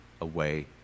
away